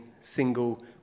single